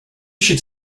should